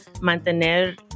mantener